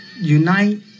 unite